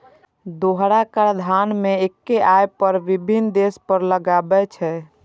दोहरा कराधान मे एक्के आय पर विभिन्न देश कर लगाबै छै